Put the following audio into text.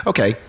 Okay